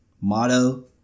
motto